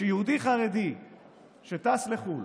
שיהודי חרדי שטס לחו"ל